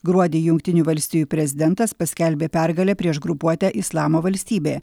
gruodį jungtinių valstijų prezidentas paskelbė pergalę prieš grupuotę islamo valstybė